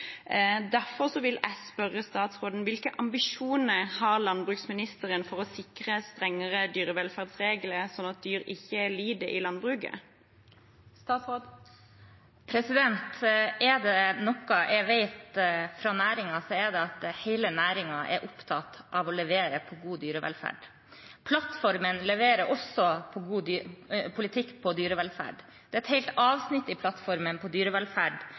vil jeg spørre statsråden: Hvilke ambisjoner har landbruksministeren for å sikre strengere dyrevelferdsregler for at dyr ikke lider i landbruket? Er det noe jeg vet fra næringen, er det at hele næringen er opptatt av å levere på god dyrevelferd. Plattformen leverer også politikk på dyrevelferd. Det er et helt avsnitt i plattformen om dyrevelferd.